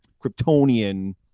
Kryptonian